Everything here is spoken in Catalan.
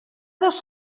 dos